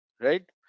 right